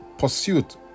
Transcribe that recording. Pursuit